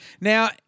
Now